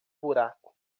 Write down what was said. buraco